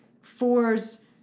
fours